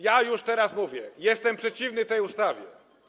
Ja już teraz mówię: Jestem przeciwny tej ustawie.